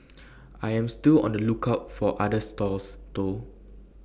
I am still on the lookout for other stalls though